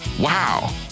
wow